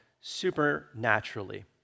supernaturally